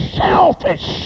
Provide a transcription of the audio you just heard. selfish